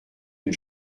une